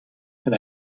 had